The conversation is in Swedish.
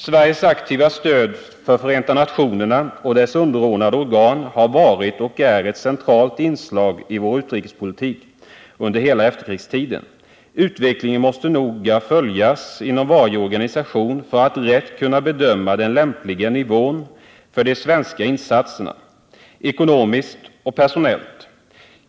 Sveriges aktiva stöd för Förenta nationerna och dess underordnade organ har varit och är ett centralt inslag i vår utrikespolitik under hela efterkrigstiden. Utvecklingen måste noga följas inom varje organisation för att den lämpliga nivån för de svenska insatserna, ekonomiskt och personellt, rätt skall kunna bedömas.